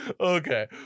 okay